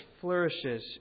flourishes